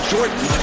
Jordan